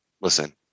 listen